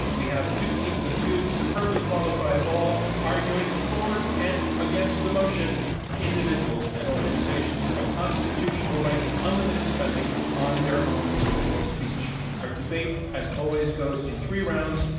we have two teams of two, superbly qualified all, arguing for and against the motion individuals and organizations have a institutional right to unlimited spending on their own political speech. our debate, as always, goes in three rounds,